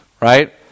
right